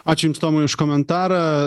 ačiū jums tomai už komentarą